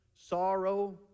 sorrow